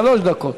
שלוש דקות.